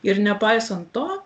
ir nepaisant to